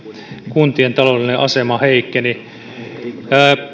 kuntien taloudellinen asema heikkeni